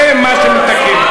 זה מה שמתעכב.